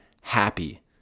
happy